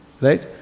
right